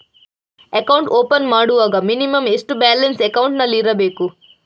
Account open ಮಾಡುವಾಗ minimum ಎಷ್ಟು balance ಅಕೌಂಟಿನಲ್ಲಿ ಇರಬೇಕು?